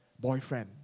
boyfriend